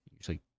Usually